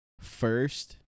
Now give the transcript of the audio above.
first